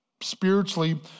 spiritually